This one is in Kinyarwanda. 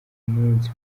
munsi